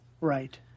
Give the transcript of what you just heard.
Right